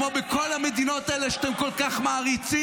כמו בכל המדינות האלה שאתם כל כך מעריצים.